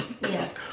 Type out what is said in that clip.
Yes